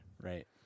Right